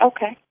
Okay